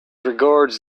regards